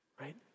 right